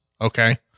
Okay